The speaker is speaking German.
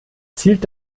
zielt